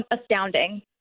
astounding